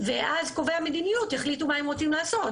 ואז קובעי המדיניות יחליטו מה הם רוצים לעשות.